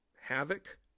havoc